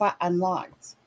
unlocked